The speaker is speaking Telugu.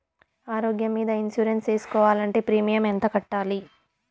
ఆరోగ్యం మీద ఇన్సూరెన్సు సేసుకోవాలంటే ప్రీమియం ఎంత కట్టాలి?